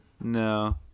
no